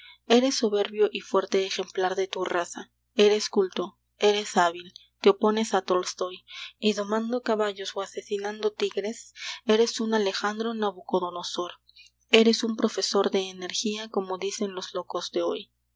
eres soberbio y fuerte ejemplar de tu raza eres culto eres hábil te opones a tolstoy y domando caballos o asesinando tigres eres un alejandro nabucodonosor eres un profesor de energía como dicen los locos de hoy crees que la vida es incendio que